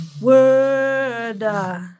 Word